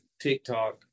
TikTok